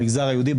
במגזר היהודי,